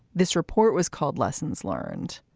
this report was called lessons learned.